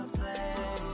play